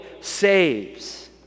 saves